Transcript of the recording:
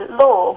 law